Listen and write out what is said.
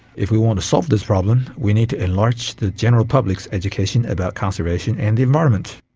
if we want to solve this problem we need to enlarge the general public's education about conservation and the environment.